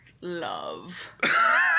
love